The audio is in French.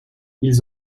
ils